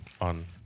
on